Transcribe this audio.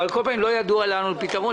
אדוני השר, אתה פה לצורך הדיון על גיל פרישה?